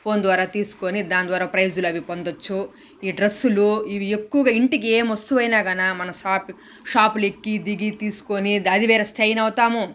phone ద్వారా తీసుకొని దాని ద్వార ప్రైజులు అవ్వి పొందొచ్చు ఈ డ్రెస్సులు ఇవి ఎక్కువగా ఇంటికి ఏ వస్తువైనా గనా మన షాప్ షాపులెక్కి దిగి తీసుకొని అది వేరే స్ట్రెయిన్ అవుతాము